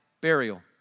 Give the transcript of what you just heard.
burial